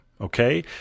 okay